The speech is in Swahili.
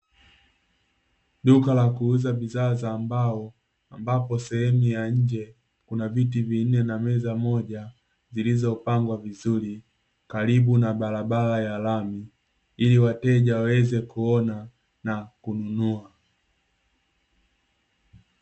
Duka la kuuza bidhaa za mbao ambapo sehemu ya nje kuna viti vinne na meza moja, zilizopangwa vizuri karibu na barabara ya lami ili wateja waweze kuona na kununua.